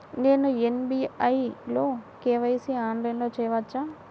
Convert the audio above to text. నేను ఎస్.బీ.ఐ లో కే.వై.సి ఆన్లైన్లో చేయవచ్చా?